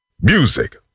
Music